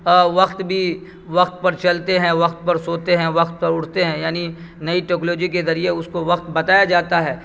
وقت بھی وقت پر چلتے ہیں وقت پر سوتے ہیں وقت پر اٹھتے ہیں یعنی نئی ٹوکلوجی کے ذریعہ اس کو وقت بتایا جاتا ہے